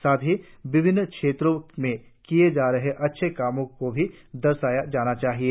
साथ ही विभिन्न क्षेत्रों में किए जा रहे अच्छे कामों को भी दर्शाया जाना चाहिए